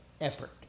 effort